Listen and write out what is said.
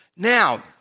Now